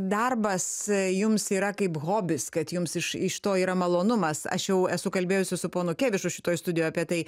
darbas jums yra kaip hobis kad jums iš iš to yra malonumas aš jau esu kalbėjusi su ponu kėvišu šitoj studijoj apie tai